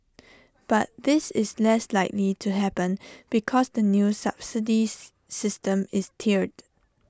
but this is less likely to happen because the new subsidy system is tiered